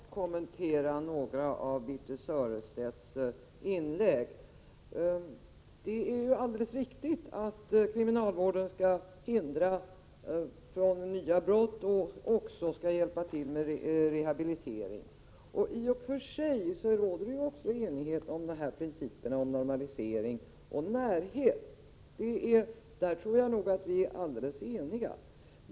Fru talman! Jag skall bara helt kort kommentera några saker i Birthe Sörestedts inlägg. Det är alldeles riktigt att kriminalvården skall hindra människor från att begå nya brott och att den skall hjälpa till med rehabiliteringen. I och för sig råder det enighet om dessa principer, dvs. om normalisering och närhet. Där tror jag nog att vi är alldeles eniga.